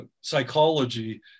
psychology